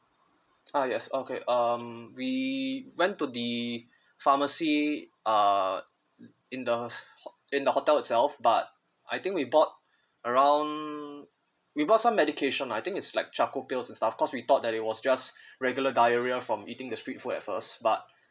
ah yes okay um we went to the pharmacy uh in the ho~ in the hotel itself but I think we bought around we bought some medication lah I think is like charcoal pills and stuff cause we thought like it was just regular diarrhoea from eating the street food at first but